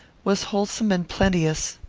was wholesome and plenteous.